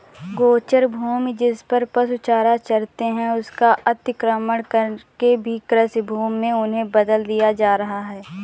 गोचर भूमि, जिसपर पशु चारा चरते हैं, उसका अतिक्रमण करके भी कृषिभूमि में उन्हें बदल दिया जा रहा है